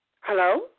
Hello